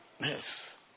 yes